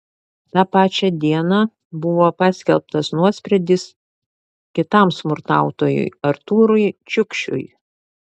tą pačią dieną buvo paskelbtas nuosprendis kitam smurtautojui artūrui čiukšiui